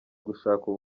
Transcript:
gushakwa